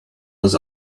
was